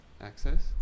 access